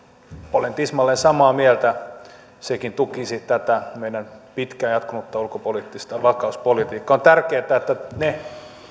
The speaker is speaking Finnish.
olen tismalleen samaa mieltä sekin tukisi tätä meidän pitkään jatkunutta ulkopoliittista vakauspolitiikkaa on tärkeää että ne